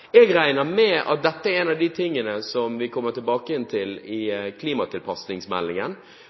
Jeg regner med at dette er en av de tingene som vi kommer tilbake igjen til i forbindelse med klimatilpasningsmeldingen.